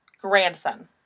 Grandson